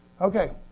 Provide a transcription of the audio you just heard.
Okay